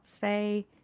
say